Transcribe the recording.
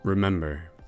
Remember